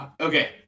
okay